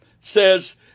says